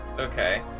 Okay